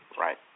Right